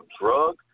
drug